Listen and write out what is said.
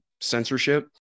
censorship